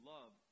Love